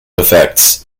effects